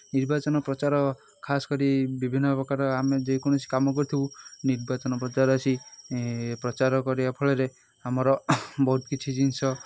ନିର୍ବାଚନ ପ୍ରଚାର ଖାସ୍ କରି ବିଭିନ୍ନପ୍ରକାର ଆମେ ଯେକୌଣସି କାମ କରିଥିବୁ ନିର୍ବାଚନ ପ୍ରଚାର ଆସି ପ୍ରଚାର କରିବା ଫଳରେ ଆମର ବହୁତ କିଛି ଜିନିଷ